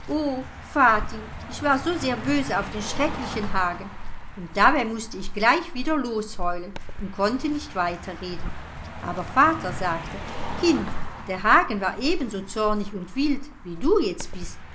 ich war so sehr böse auf den schrecklichen hagen und dabei mußte ich gleich wieder losheulen und konnte nicht weiter reden aber vater sagte kind der hagen war ebenso zornig und wild wie du jetzt bist